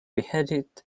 beheaded